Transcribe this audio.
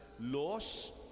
laws